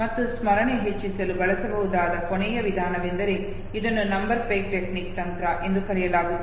ಮತ್ತು ಸ್ಮರಣೆ ಹೆಚ್ಚಿಸಲು ಬಳಸಬಹುದಾದ ಕೊನೆಯ ವಿಧಾನವೆಂದರೆ ಇದನ್ನು ನಂಬರ್ ಪೆಗ್ ಟೆಕ್ನಿಕ್ ತಂತ್ರ ಎಂದು ಕರೆಯಲಾಗುತ್ತದೆ